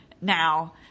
now